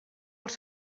els